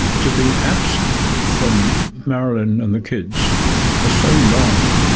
to be absent from marilyn and the kids for so long,